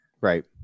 right